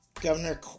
Governor